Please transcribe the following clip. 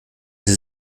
sie